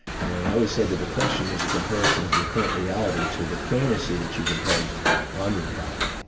and i would say the depression is a comparison of your current reality to the fantasy that you've imposed on your reality.